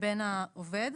לבין העובד.